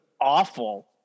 awful